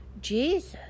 Jesus